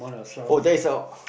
oh that is our